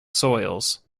soils